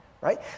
right